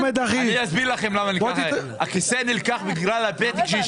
אחרי "סירוב בלתי סביר" יבוא "כאשר מסרבים".